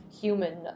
human